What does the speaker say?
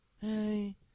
hey